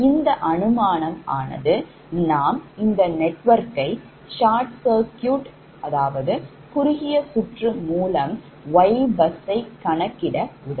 இந்த அனுமானம் ஆனது நாம் இந்த நெட்வொர்க்கை short circuit குறுகிய சுற்று மூலம் YBus கணக்கிட உதவும்